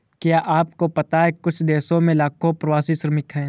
क्या आपको पता है कुछ देशों में लाखों प्रवासी श्रमिक हैं?